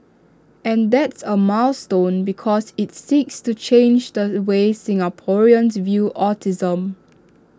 and that's A milestone because IT seeks to change the way Singaporeans view autism